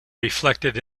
reflected